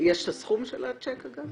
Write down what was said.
--- יש הסכום של הצ'ק, אגב?